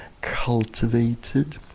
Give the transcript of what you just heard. cultivated